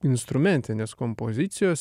instrumentinės kompozicijos